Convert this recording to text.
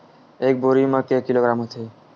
एक बोरी म के किलोग्राम होथे?